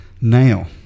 Now